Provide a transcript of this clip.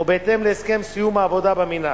או בהתאם להסכם סיום העבודה במינהל.